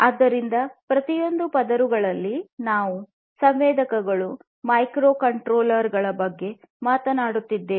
ಆದ್ದರಿಂದ ಈ ಪ್ರತಿಯೊಂದು ಪದರಗಳಲ್ಲಿ ನಾವು ಸಂವೇದಕಗಳು ಮೈಕ್ರೊಕಂಟ್ರೋಲರ್ ಗಳ ಬಗ್ಗೆ ಮಾತನಾಡುತ್ತಿದ್ದೇವೆ